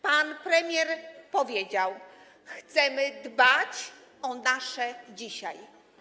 Pan premier powiedział: chcemy dbać o nasze dzisiaj.